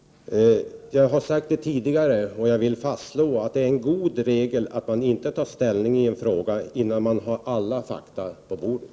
Jag har sagt det tidigare och vill ännu en gång fastslå, att en god regel är att inte ta ställning i en fråga förrän man har alla fakta på bordet.